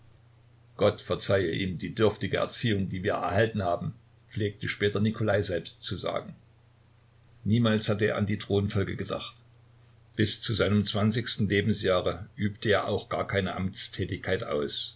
gott verzeihe ihm die dürftige erziehung die wir erhalten haben pflegte später nikolai selbst zu sagen niemals hatte er an die thronfolge gedacht bis zu seinem zwanzigsten lebensjahre übte er auch gar keine amtstätigkeit aus